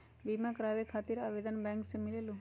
बिमा कराबे खातीर आवेदन बैंक से मिलेलु?